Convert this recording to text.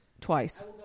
Twice